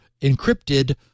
encrypted